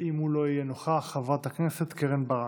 ואם הוא לא יהיה נוכח, חברת הכנסת קרן ברק.